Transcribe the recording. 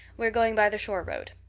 we're going by the shore road.